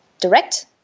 direct